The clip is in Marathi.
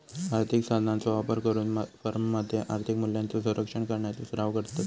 आर्थिक साधनांचो वापर करून फर्ममध्ये आर्थिक मूल्यांचो संरक्षण करण्याचो सराव करतत